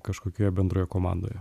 kažkokioje bendroje komandoje